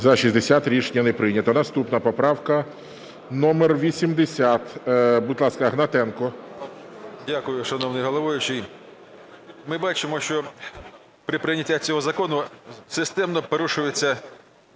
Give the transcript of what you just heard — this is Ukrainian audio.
За-60 Рішення не прийнято. Наступна поправка номер 80. Будь ласка, Гнатенко. 14:17:32 ГНАТЕНКО В.С. Дякую, шановний головуючий. Ми бачимо, що при прийнятті цього закону системно порушується